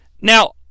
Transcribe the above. Now